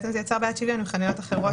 זה יצר בעיית שוויון עם חנויות אחרות.